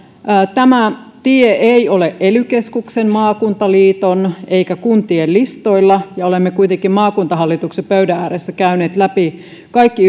tämä tie ei ole ely keskuksen maakuntaliiton eikä kuntien listoilla ja olemme kuitenkin maakuntahallituksen pöydän ääressä käyneet läpi kaikki